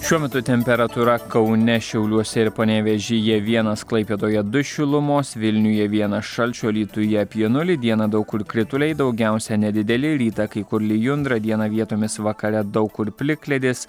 šiuo metu temperatūra kaune šiauliuose ir panevėžyje vienas klaipėdoje du šilumos vilniuje vienas šalčio alytuje apie nulį dieną daug kur krituliai daugiausia nedideli rytą kai kur lijundra dieną vietomis vakare daug kur plikledis